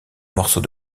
morceau